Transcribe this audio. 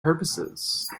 purposes